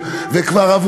היא לא מהיום.